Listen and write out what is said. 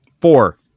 Four